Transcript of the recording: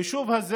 היישוב הזה